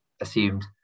assumed